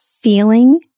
feeling